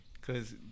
Cause